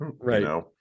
right